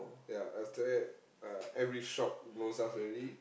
yeah after that uh every shop knows us already